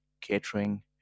catering